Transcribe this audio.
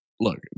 look